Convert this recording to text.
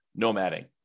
nomading